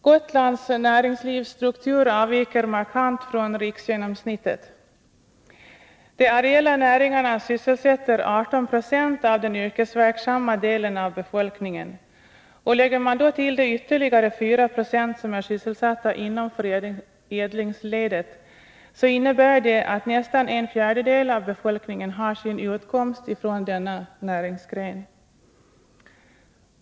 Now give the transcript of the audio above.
Gotlands näringslivsstruktur avviker markant från riksgenomsnittet. De areella näringarna sysselsätter 18 26 av den yrkesverksamma delen av befolkningen. Lägger man till de ytterligare 4 20 som är sysselsatta inom förädlingsledet, finner man att det innebär att nästan en fjärdedel av befolkningen har sin utkomst från denna näringsgren.